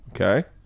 Okay